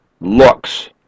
looks